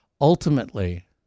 ultimately